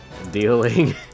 Dealing